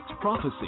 prophecy